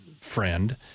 friend